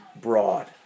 broad